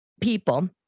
people